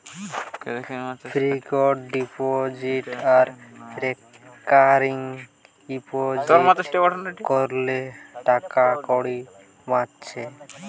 fixed deposit আর recurring deposit কোরলে টাকাকড়ি বাঁচছে